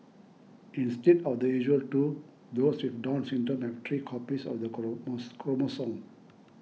instead of the usual two those with Down Syndrome have three copies of the colon most chromosome